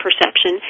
perception